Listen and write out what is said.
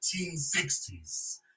1960s